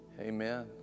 Amen